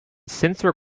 sensor